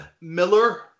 Miller